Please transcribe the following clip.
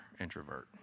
introvert